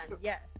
yes